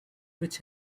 which